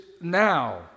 now